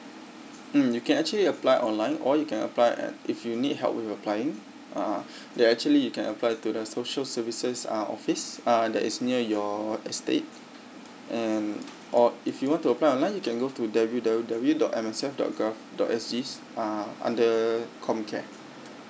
mm you can actually apply online or you can apply at if you need help with applying uh ya actually you can apply to the social services uh office uh that is near your estate and or if you want to apply online you can go to W W W dot M S F dot G O V dot S G uh under comm care